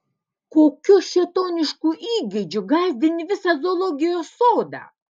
kokiu šėtonišku įgeidžiu gąsdini visą zoologijos sodą